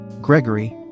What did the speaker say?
Gregory